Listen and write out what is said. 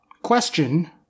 Question